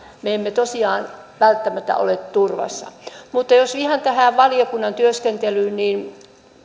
me emme tosiaan välttämättä ole turvassa mutta jos ihan tähän valiokunnan työskentelyyn